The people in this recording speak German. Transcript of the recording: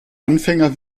anfänger